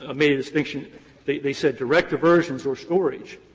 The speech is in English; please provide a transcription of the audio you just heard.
ah made a distinction they they said direct diversions or storage